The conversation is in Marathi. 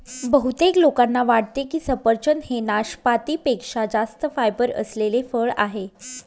बहुतेक लोकांना वाटते की सफरचंद हे नाशपाती पेक्षा जास्त फायबर असलेले फळ आहे